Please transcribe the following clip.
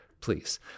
please